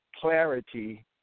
clarity